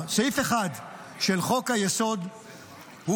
סעיף 1 של חוק-היסוד הוא: